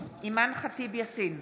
אימאן ח'טיב יאסין,